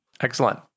Excellent